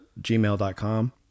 gmail.com